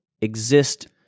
exist